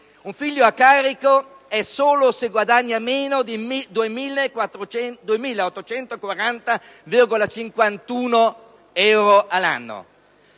un figlio è a carico solo se guadagna meno di 2.840,51 euro all'anno.